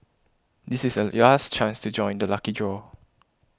this is the your last chance to join the lucky draw